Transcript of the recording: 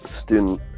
student